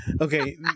Okay